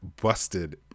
busted